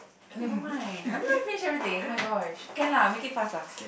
never mind I'm not gonna finish everything oh-my-gosh can lah make it fast lah